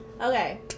Okay